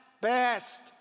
best